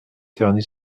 terny